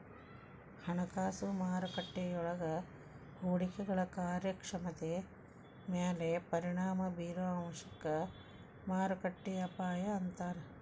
ಹಣಕಾಸು ಮಾರುಕಟ್ಟೆಯೊಳಗ ಹೂಡಿಕೆಗಳ ಕಾರ್ಯಕ್ಷಮತೆ ಮ್ಯಾಲೆ ಪರಿಣಾಮ ಬಿರೊ ಅಂಶಕ್ಕ ಮಾರುಕಟ್ಟೆ ಅಪಾಯ ಅಂತಾರ